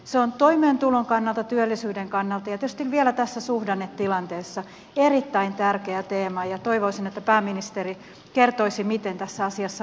se on toimeentulon kannalta työllisyyden kannalta ja tietysti vielä tässä suhdannetilanteessa erittäin tärkeä teema ja toivoisin että pääministeri kertoisi miten tässä asiassa